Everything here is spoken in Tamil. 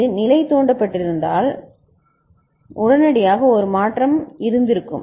இது நிலை தூண்டப்பட்டிருந்தால் உடனடியாக ஒரு மாற்றம் இருக்கும்